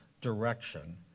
direction